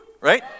Right